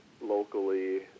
locally